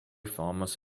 farmers